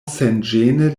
senĝene